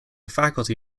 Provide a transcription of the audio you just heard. faculty